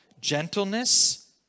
Gentleness